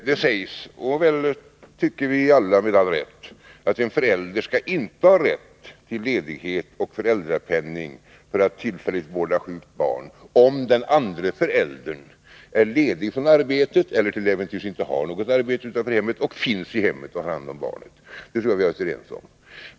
Där sägs — och det, tycker vi väl alla, med all rätt — att en förälder inte skall ha rätt till ledighet och föräldrapenning för att tillfälligt vårda sjukt barn, om den andra föräldern är ledig från arbetet, eller till äventyrs inte har något arbete utanför hemmet, och finns i hemmet och tar hand om barnet. Det tror jag att vi är överens om.